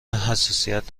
حساسیت